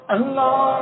Allah